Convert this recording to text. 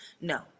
No